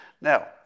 Now